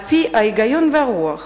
על-פי ההיגיון והרוח